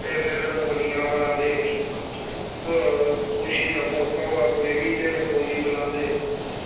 ते फिर रंगोलियां बनांदे होर खुशी दा मौका होऐ कोई बी ते रंगोली बनांदे